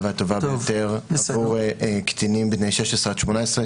והטובה ביותר עבור קטינים בני 16 עד 18,